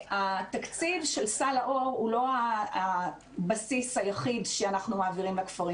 התקציב של סל לאור הוא לא הבסיס היחיד שאנחנו מעבירים לכפרים.